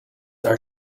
are